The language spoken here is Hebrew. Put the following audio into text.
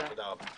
תודה רבה.